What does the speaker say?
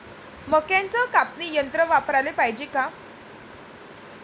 मक्क्याचं कापनी यंत्र वापराले पायजे का?